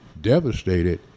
devastated